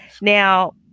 Now